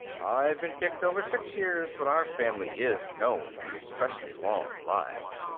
i've been picked over six years, but our family is known to be especially long lived.